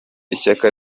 ishyaka